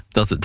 Dat